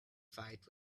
fight